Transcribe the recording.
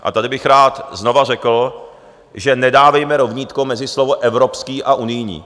A tady bych rád znova řekl, že nedávejme rovnítko mezi slovo evropský a unijní.